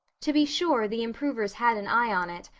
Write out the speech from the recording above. to be sure, the improvers had an eye on it,